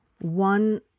One